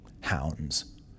hounds